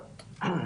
טוב.